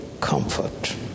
comfort